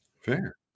Fair